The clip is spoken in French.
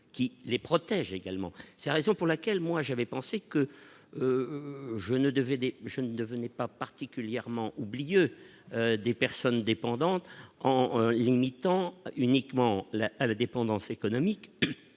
qui les protège également, c'est la raison pour laquelle, moi j'avais pensé que je ne devais aider je ne venais pas particulièrement oublieux des personnes dépendantes en limitant uniquement la à la dépendance économique